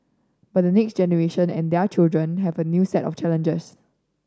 but next generation and their children have a new set of challenges